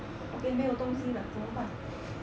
okay 没有东西了怎么办